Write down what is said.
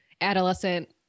adolescent